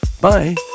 Bye